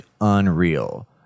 unreal